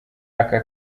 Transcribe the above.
aka